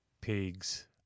Pigs